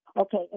Okay